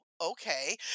okay